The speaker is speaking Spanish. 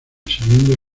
siguiendo